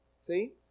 see